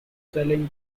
selling